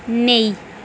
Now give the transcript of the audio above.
नेईं